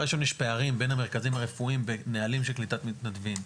דבר ראשון יש פערים בין המרכזים הרפואיים בנהלים של קליטת מתנדבים.